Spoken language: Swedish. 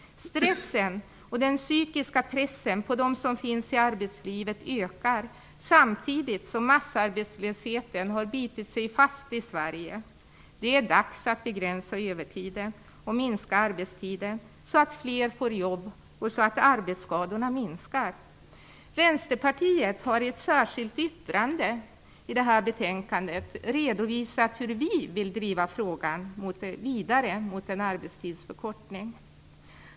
Stressen och den psykiska pressen på dem som finns i arbetslivet ökar samtidigt som massarbetslösheten har bitit sig fast i Sverige. Det är dags att begränsa övertiden och minska arbetstiden, så att fler får jobb och så att arbetsskadorna minskar. Vi i Vänsterpartiet har i ett särskilt yttrande i detta betänkande redovisat hur vi vill driva frågan vidare mot en arbetstidsförkortning.